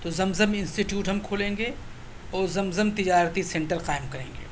تو Zamzam institute ہم کھولیں گے اور زمزم تجارتی سنٹر قائم کریں گے